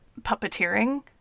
puppeteering